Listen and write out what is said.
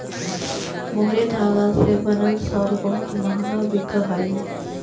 मोहरी धागा से बनल शॉल बहुत मँहगा बिकऽ हई